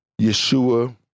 Yeshua